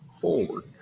forward